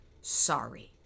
sorry